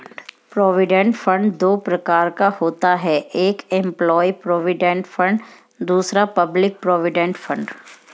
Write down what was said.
provident fund दो प्रकार का होता है एक एंप्लॉय प्रोविडेंट फंड दूसरा पब्लिक प्रोविडेंट फंड